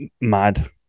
mad